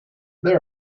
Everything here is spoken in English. there